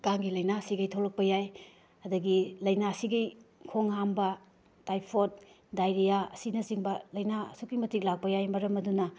ꯀꯥꯡꯒꯤ ꯂꯥꯏꯅꯥ ꯁꯤꯈꯩ ꯊꯣꯛꯂꯛꯄ ꯌꯥꯏ ꯑꯗꯒꯤ ꯂꯥꯏꯅꯥꯁꯤꯒꯤ ꯈꯣꯡ ꯍꯥꯝꯕ ꯇꯥꯏꯐꯣꯠ ꯗꯥꯏꯔꯤꯌꯥ ꯑꯁꯤꯅꯆꯤꯡꯕ ꯂꯥꯏꯅꯥ ꯑꯁꯨꯛꯀꯤ ꯃꯇꯤꯛ ꯂꯥꯛꯄ ꯌꯥꯏ ꯃꯔꯝ ꯑꯗꯨꯅ